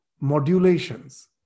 modulations